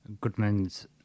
Goodman's